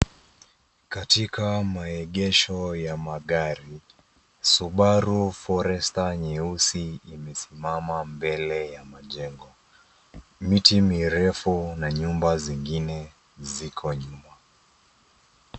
Katika maegesho ya magari, Subaru forester nyeusi imesimama mbele ya majengo. Miti mirefu na nyumba zingine ziko nyuma.